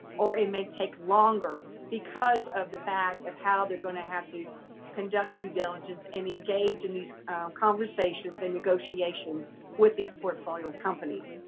or it may take longer because of the fact of how they're going to have to conduct the due diligence and engage in these conversations and negotiations with these portfolio companies.